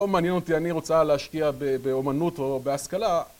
או מעניין אותי, אני רוצה להשקיע באמנות או בהשכלה